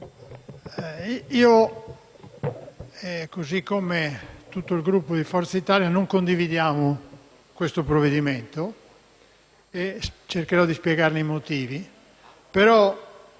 io, così come tutto il Gruppo di Forza Italia, non condivido il provvedimento in esame e cercherò di spiegare i motivi.